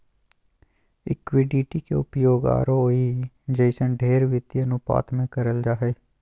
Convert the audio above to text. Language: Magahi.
इक्विटी के उपयोग आरओई जइसन ढेर वित्तीय अनुपात मे करल जा हय